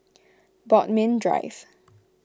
Bodmin Drive